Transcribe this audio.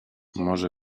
może